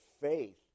faith